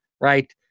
Right